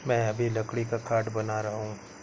मैं अभी लकड़ी का खाट बना रहा हूं